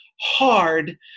hard